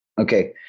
Okay